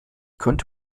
könnte